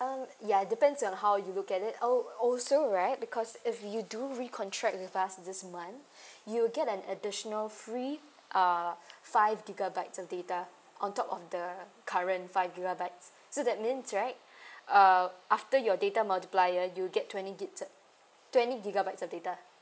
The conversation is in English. um ya depends on how you look at it al~ also right because if you do recontract with us this month you'll get an additional free uh five gigabytes of data on top of the current five gigabytes so that mean right uh after your data multiplier you'll get twenty gig~ twenty gigabytes of data